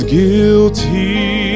guilty